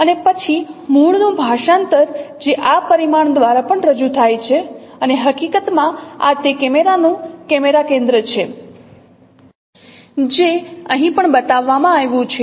અને પછી મૂળનું ભાષાંતર જે આ પરિમાણ દ્વારા પણ રજૂ થાય છે અને હકીકતમાં આ તે કેમેરા નું કેમેરા કેન્દ્ર છે જે અહીં પણ બતાવવામાં આવ્યું છે